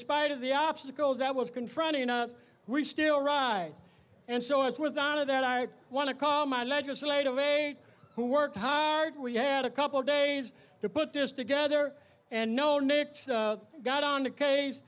spite of the obstacles that was confronting us we still ride and so it's with honor that i want to call my legislative aide who worked hard we had a couple of days to put this together and know now got on the case